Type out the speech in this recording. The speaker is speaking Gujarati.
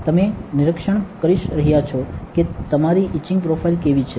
તમે નિરીક્ષણ કરી રહ્યા છો કે તમારી ઇચિંગ પ્રોફાઇલ કેવી છે